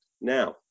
Now